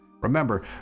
remember